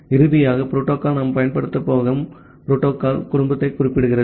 இறுதியாக புரோட்டோகால் நாம் பயன்படுத்தப் போகும் புரோட்டோகால் குடும்பத்தைக் குறிப்பிடுகிறது